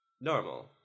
Normal